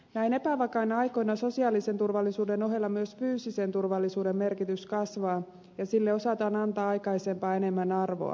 näin epävakaina aikoina sosiaalisen turvallisuuden ohella myös fyysisen turvallisuuden merkitys kasvaa ja sille osataan antaa aikaisempaa enemmän arvoa